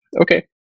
okay